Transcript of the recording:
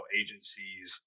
agencies